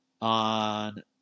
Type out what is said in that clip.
On